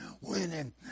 winning